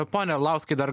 pone arlauskai dar